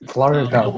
Florida